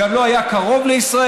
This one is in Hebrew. גם לא היה קרוב לישראלים,